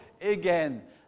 again